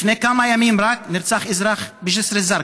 רק לפני כמה ימים נרצח אזרח בג'יסר א-זרקא,